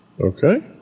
okay